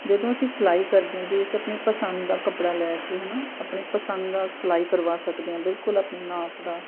ਜਦੋਂ ਅਸੀਂ ਸਿਲਾਈ ਕਰਦੇ ਹਾਂ ਜੀ ਉਸ ਆਪਣੀ ਪਸੰਦ ਦਾ ਕੱਪੜਾ ਲੈ ਕੇ ਹੈ ਨਾ ਆਪਣੀ ਪਸੰਦ ਦਾ ਸਿਲਾਈ ਕਰਵਾ ਸਕਦੇ ਹਾਂ ਬਿਲਕੁਲ ਆਪਣੇ ਨਾਪ ਦਾ